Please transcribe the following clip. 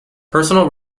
personal